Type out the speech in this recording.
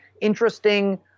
interesting